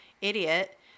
idiot